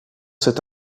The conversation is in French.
cette